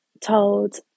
told